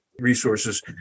resources